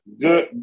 good